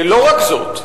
לא רק זאת.